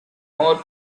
more